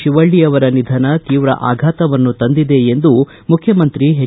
ಶಿವಳ್ಳ ಅವರ ನಿಧನ ತೀವ್ರ ಆಘಾತವನ್ನು ತಂದಿದೆ ಎಂದು ಮುಖ್ಯಮಂತ್ರಿ ಹೆಚ್